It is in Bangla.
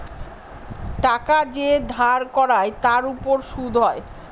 টাকা যে ধার করায় তার উপর সুদ হয়